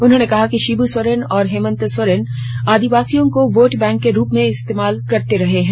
उन्होंने कहा कि शिब सोरेन और हेमंत सोरेन आदिवासियो को वोट बैंक के रूप में इस्तेमाल करते रहे हैं